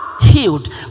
healed